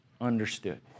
understood